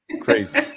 crazy